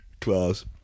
class